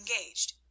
engaged